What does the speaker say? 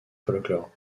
folklore